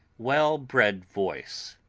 well-bred voice